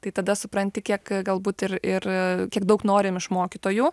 tai tada supranti kiek galbūt ir ir kiek daug norim iš mokytojų